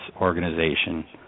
organization